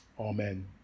Amen